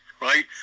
right